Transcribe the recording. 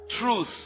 truth